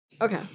Okay